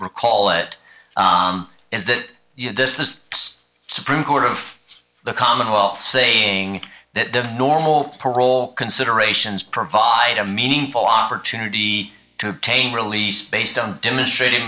recall it is that this has its supreme court of the commonwealth saying that the normal parole considerations provide a meaningful opportunity to obtain release based on demonstrat